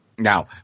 Now